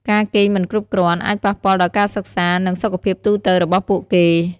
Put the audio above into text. ការគេងមិនគ្រប់គ្រាន់អាចប៉ះពាល់ដល់ការសិក្សា និងសុខភាពទូទៅរបស់ពួកគេ។